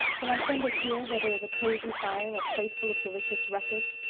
shall i spend it here where there is a cosy fire, a plateful of delicious russets,